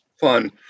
fun